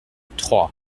troyes